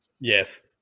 Yes